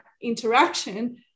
interaction